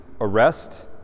arrest